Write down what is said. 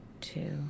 two